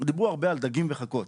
דיברו הרבה על דגים וחכות.